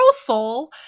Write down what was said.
soul